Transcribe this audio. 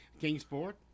Kingsport